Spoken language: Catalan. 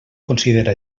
considera